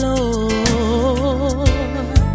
Lord